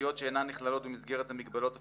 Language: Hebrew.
חוץ-תקציביות שאינן נכללו במסגרת המגבלות הפיסקליות.